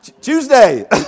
Tuesday